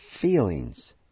feelings